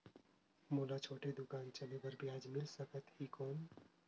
मोला छोटे दुकान चले बर ब्याज मिल सकत ही कौन?